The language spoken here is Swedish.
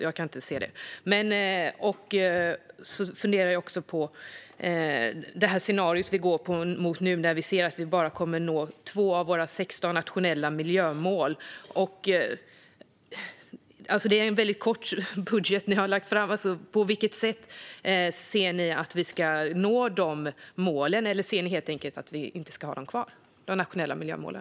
Jag kan inte se det. Jag funderar också på det scenario vi nu går mot, när vi ser att vi bara kommer att nå 2 av våra 16 nationella miljömål. Det är en väldigt kortfattad budget ni har lagt fram. På vilket sätt ser ni att vi ska nå de målen, eller ser ni helt enkelt att vi inte ska ha kvar de nationella miljömålen?